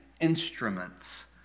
instruments